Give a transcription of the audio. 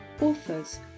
authors